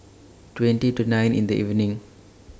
twenty to nine in The evening